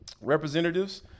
representatives